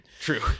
True